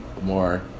more